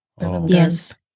yes